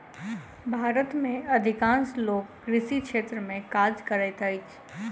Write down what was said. भारत में अधिकांश लोक कृषि क्षेत्र में काज करैत अछि